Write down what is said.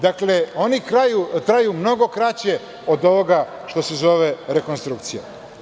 Dakle, oni traju mnogo kraće od ovoga što se zove rekonstrukcija.